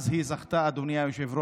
אז היא זכתה, אדוני היושב-ראש,